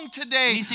today